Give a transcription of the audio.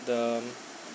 the